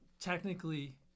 technically